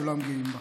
כולם גאים בה.